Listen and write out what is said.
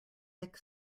thick